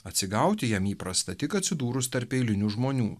atsigauti jam įprasta tik atsidūrus tarp eilinių žmonių